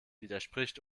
widerspricht